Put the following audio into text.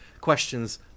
questions